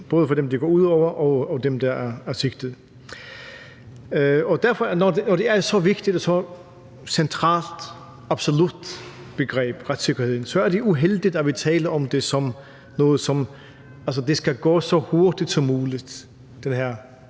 både for dem, det går ud over, og for dem, der er sigtet. Og derfor, når retssikkerheden er et så vigtigt og et så centralt og absolut begreb, er det uheldigt, at vi taler om det som noget, der skal gå så hurtigt som muligt, altså den her